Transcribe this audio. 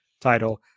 title